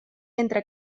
entre